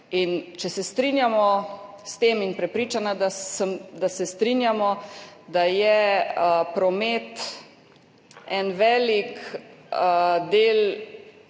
Če se strinjamo s tem – in prepričana sem, da se strinjamo – da je promet en velik